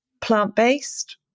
plant-based